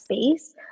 space